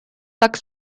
так